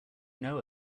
know